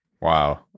Wow